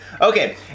Okay